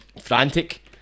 frantic